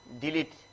delete